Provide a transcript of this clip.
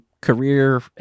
career